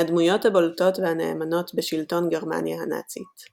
מהדמויות הבולטות והנאמנות בשלטון גרמניה הנאצית.